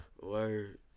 Word